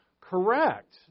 correct